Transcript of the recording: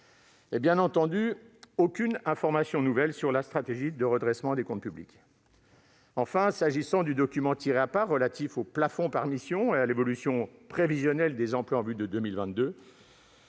ne disposons d'aucune information nouvelle sur la stratégie de redressement des comptes publics. Enfin, s'agissant du « tiré à part » sur les plafonds par mission et l'évolution prévisionnelle des emplois en vue du